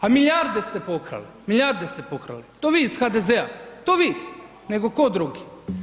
A milijarde ste pokrali, milijarde ste pokrali, to vi iz HDZ-a, to vi, nego ko drugi.